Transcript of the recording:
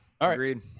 agreed